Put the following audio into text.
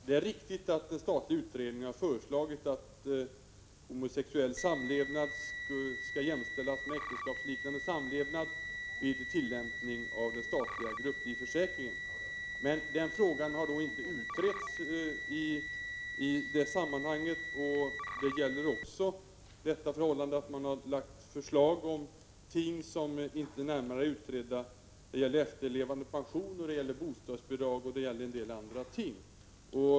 Det är riktigt att en statlig utredning har föreslagit att homosexuell samlevnad skall jämställas med äktenskapsliknande samlevnad vid tillämpning av den statliga grupplivförsäkringen. Men den frågan har inte utretts i det sammanhanget. Det gäller också det förhållandet att det framlagts förslag om ting som inte är närmare utredda, t.ex. i fråga om efterlevandes pension, bostadsbidrag och en del andra frågor.